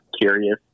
curious